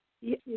Yes